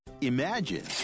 imagine